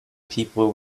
people